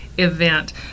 event